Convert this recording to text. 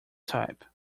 type